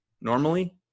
normally